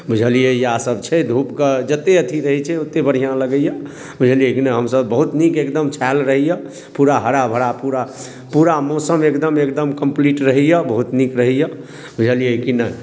बुझलियै इएहसभ छै धूपके जतेक अथी रहै छै ओतेक बढ़िआँ लगैए बुझलियै की नहि हमसभ बहुत नीक एकदम छायल रहैए पूरा हरा भरा पूरा पूरा मौसम एकदम एकदम कंप्लीट रहैए बहुत नीक रहैए बुझलियै की नहि